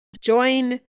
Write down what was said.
Join